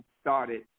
started